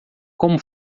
como